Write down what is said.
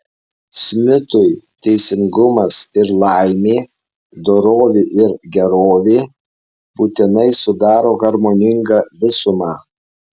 smitui teisingumas ir laimė dorovė ir gerovė būtinai sudaro harmoningą visumą